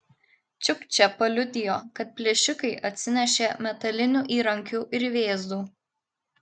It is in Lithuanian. čiukčė paliudijo kad plėšikai atsinešė metalinių įrankių ir vėzdų